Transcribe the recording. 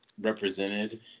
represented